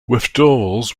withdrawals